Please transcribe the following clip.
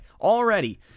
already